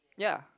ya